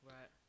Right